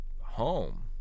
home